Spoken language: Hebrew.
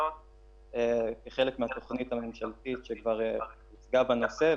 כחלק מהתוכנית הממשלתית שכבר עסקה בנושא,